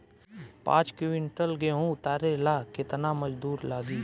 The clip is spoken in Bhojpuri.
पांच किविंटल गेहूं उतारे ला केतना मजदूर लागी?